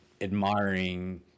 admiring